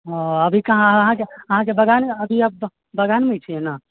ओ अभि कहाँ अहाँकेँ अहाँकेँ बगानमे अभि अहाँ बगानमे ही छियै ने